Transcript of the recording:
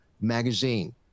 magazine